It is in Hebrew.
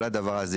כל הדבר הזה,